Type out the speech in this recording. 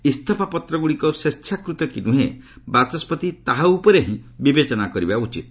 ଇସଫାପତ୍ରଗ୍ରଡ଼ିକ ସ୍ପେଚ୍ଛାକୃତ କି ନୂହେଁ ବାଚସ୍କତି ତାହାଉପରେ ହିଁ ବିବେଚନା କରିବା ଉଚିତ୍